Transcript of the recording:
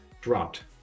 dropped